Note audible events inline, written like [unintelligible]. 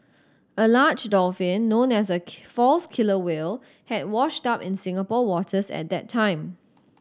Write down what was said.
a large dolphin known as a [unintelligible] false killer whale had washed up in Singapore waters at that time